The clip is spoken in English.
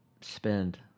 spend